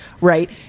right